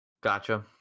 Gotcha